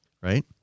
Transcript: right